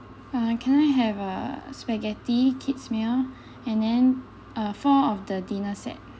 ah can I have a spaghetti kid's meal and then uh four of the dinner set